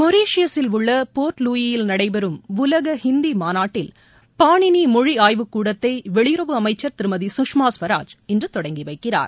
மொரீஷியஸில் உள்ள Port Louis யில் நடைபெறும் உலக இந்தி மாநாட்டில் பாணினி மொழி ஆய்வுக் கூடத்தை வெளியுறவு அமைச்சர் திருமதி சுஷ்மா ஸ்வராஜ் இன்று தொடங்கிவைக்கிறார்